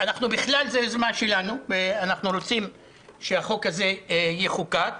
זו יוזמה שלנו, אנחנו רוצים שהחוק הזה יחוקק.